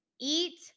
eat